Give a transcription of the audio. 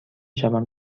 شوم